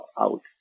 out